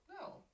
No